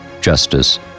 justice